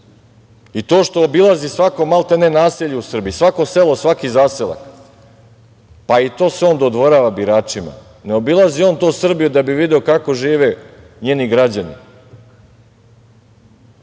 i to što obilazi svako maltene naselje u Srbiji i svako selo, svaki zaselak pa i to se on dodvorava biračima. Ne obilazi on to Srbiju da bi video kako žive njeni građani,